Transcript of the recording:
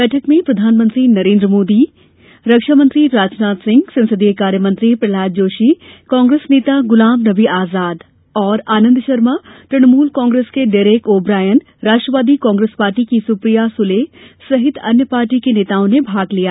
बैठक में प्रधानमंत्री नरेन्द्र मोदी रक्षामंत्री राजनाथ सिंह संसदीय कार्यमंत्री प्रहलाद जोशी कांग्रेस नेता गुलाम नबी आजाद तथा आनन्द शर्मा तृणमूल कांग्रेस के Derek O'Brien Rashtravadi Congress Party की सुप्रिया सुले सहित अन्य पार्टी के नेताओं ने भाग लिया